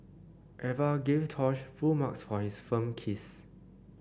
Eva gave Tosh full marks for his firm kiss